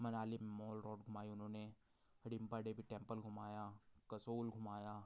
Manali mall ड्रोब घुमाई उन्होंने रिंपा डेवी टेंपल घुमाया कसौल घुमाया